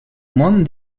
món